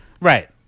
Right